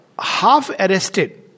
half-arrested